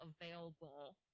available